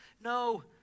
No